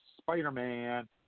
Spider-Man